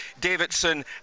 Davidson